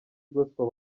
gospel